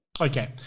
Okay